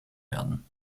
werden